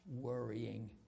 worrying